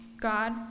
God